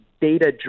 data